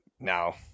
now